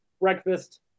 breakfast